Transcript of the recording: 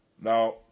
Now